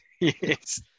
Yes